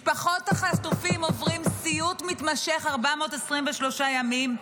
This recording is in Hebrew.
משפחות החטופים עוברות סיוט מתמשך 423 ימים,